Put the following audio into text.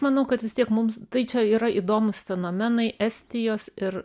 manau kad vis tiek mums tai čia yra įdomūs fenomenai estijos ir